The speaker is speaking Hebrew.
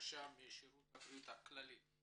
משירותי בריאות כללית.